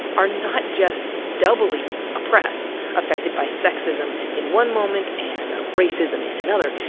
are not just doubly oppressed affected by sexism in one moment and racism in another.